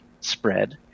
spread